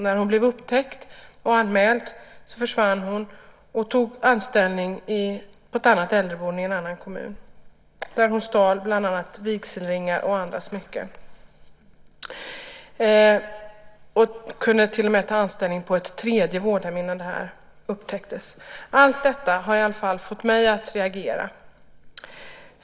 När hon blev upptäckt och anmäld försvann hon och tog anställning på ett annat äldreboende i en annan kommun där hon stal bland annat vigselringar och andra smycken. Hon kunde till och med ta anställning på ett tredje vårdhem innan det här upptäcktes. Allt detta har i alla fall fått mig att reagera.